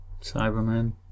Cybermen